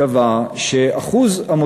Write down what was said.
קבע שאחוז הגיוס,